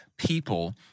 People